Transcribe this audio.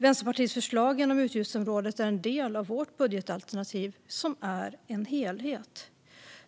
Vänsterpartiets förslag inom utgiftsområdet är en del av vårt budgetalternativ, som är en helhet.